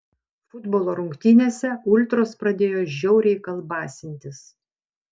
futbolo rungtynėse ultros pradėjo žiauriai kalbasintis